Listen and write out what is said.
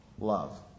Love